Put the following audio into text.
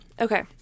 Okay